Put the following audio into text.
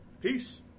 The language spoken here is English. Peace